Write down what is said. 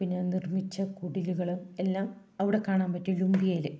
പിന്നെ നിർമ്മിച്ച കുടിലുകളും എല്ലാം അവിടെ കാണാൻ പറ്റും ലൂമ്പിയയിൽ